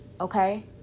Okay